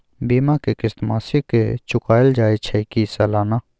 बीमा के किस्त मासिक चुकायल जाए छै की सालाना?